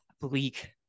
bleak